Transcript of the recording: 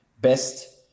best